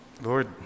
Lord